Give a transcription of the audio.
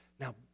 Now